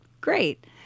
Great